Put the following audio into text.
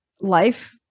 life